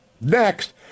Next